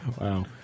Wow